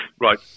Right